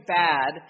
bad